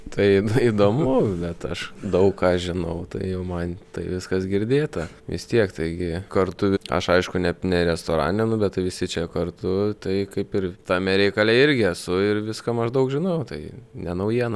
tai na įdomu bet aš daug ką žinau tai jau man tai viskas girdėta vis tiek taigi kartu aš aišku ne ne restorane nu bet tai visi čia kartu tai kaip ir tame reikale irgi esu ir viską maždaug žinau tai ne naujiena